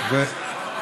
אתה מסכים לשבועיים?